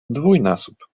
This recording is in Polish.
dwójnasób